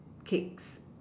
cakes